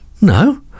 no